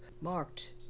marked